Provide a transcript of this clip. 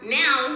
now